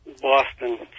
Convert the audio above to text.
Boston